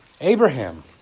Abraham